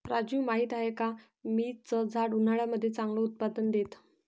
राजू माहिती आहे का? पीच च झाड उन्हाळ्यामध्ये चांगलं उत्पादन देत